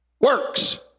works